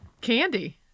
candy